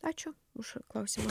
ačiū už klausimus